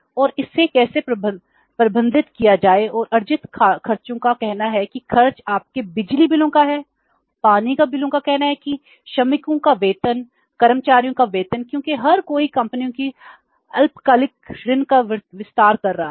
फिर इसे कैसे प्रबंधित किया जाए और अर्जित खर्चों का कहना है कि खर्च आपके बिजली बिलों का है पानी के बिलों का कहना है कि श्रमिकों का वेतन कर्मचारियों का वेतन क्योंकि हर कोई कंपनियों के अल्पकालिक ऋण का विस्तार कर रहा है